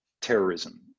terrorism